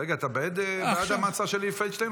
אתה בעד המעצר של אלי פלדשטיין,